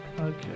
Okay